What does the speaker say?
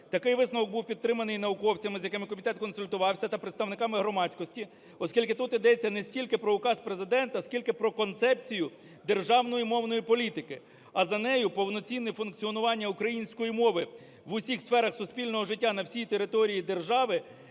Такий висновок був підтриманий науковцями, з якими комітет консультувався, та представниками громадськості, оскільки тут йдеться не стільки про указ Президента, оскільки про концепцію державної мовної політики, а за нею повноцінне функціонування української мови в усіх сферах суспільного життя на всій території держави